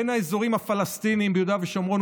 בין האזורים הפלסטיניים ביהודה ושומרון